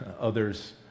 others